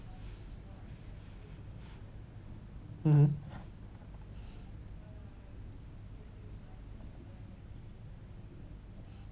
mmhmm